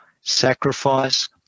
sacrifice